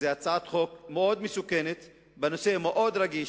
זאת הצעת חוק מאוד מסוכנת בנושא מאוד רגיש,